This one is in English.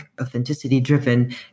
authenticity-driven